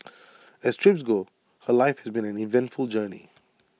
as trips go her life has been an eventful journey